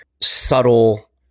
subtle